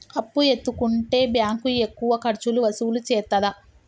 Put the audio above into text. అప్పు ఎత్తుకుంటే బ్యాంకు ఎక్కువ ఖర్చులు వసూలు చేత్తదా?